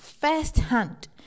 firsthand